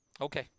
Okay